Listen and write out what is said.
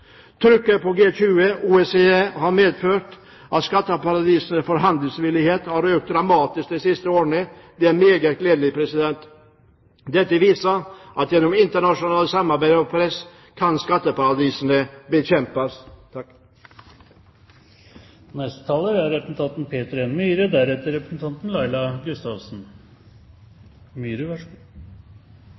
Trykket fra G20 og OECD har medført at skatteparadisenes forhandlingsvillighet har økt dramatisk det siste året. Det er meget gledelig. Dette viser at gjennom internasjonalt samarbeid og press kan skatteparadisene bekjempes. Jeg vil også begynne med å takke utenriksministeren for en,